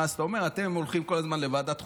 ואז אתה אומר: אתם הולכים כל הזמן לוועדת חוקה,